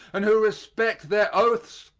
and who respect their oaths,